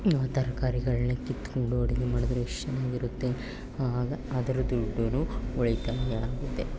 ನಾವು ತರ್ಕಾರಿಗಳನ್ನು ಕಿತ್ಕೊಂಡು ಅಡುಗೆ ಮಾಡಿದರೆ ಎಷ್ಟು ಚೆನ್ನಾಗಿರುತ್ತೆ ಆಗ ಅದರ ದುಡ್ಡೂ ಉಳಿತಾಯ ಆಗುತ್ತೆ